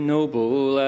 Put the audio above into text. Noble